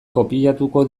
kopiatuko